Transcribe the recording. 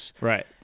Right